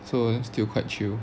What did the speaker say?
so still quite chill